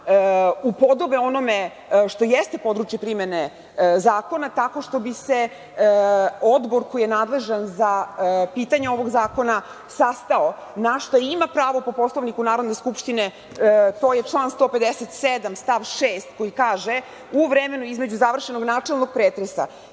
upodobe onome što jeste područje primene zakona, tako što bi se odbor koji je nadležan za pitanje ovog zakona sastao, na šta ima pravo po Poslovniku Narodne skupštine. To je član 157. stav 6. koji kaže – u vremenu između završenog načelnog pretresa